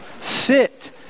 Sit